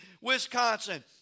Wisconsin